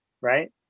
right